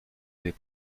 vais